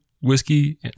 whiskey